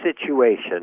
situation